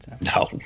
No